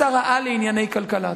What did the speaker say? לשר-על לענייני כלכלה.